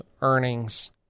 earnings